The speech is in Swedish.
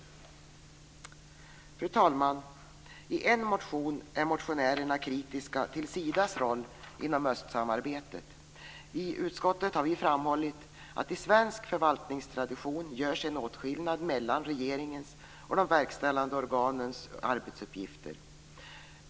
Fru talman! I en motion är motionärerna kritiska till Sidas roll inom östsamarbetet. I utskottet har vi framhållit att i svensk förvaltningstradition görs en åtskillnad mellan regeringens och de verkställande organens arbetsuppgifter.